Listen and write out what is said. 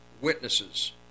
witnesses